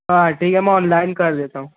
ہاں ٹھیک ہے میں آن لائن کر لیتا ہوں